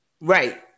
Right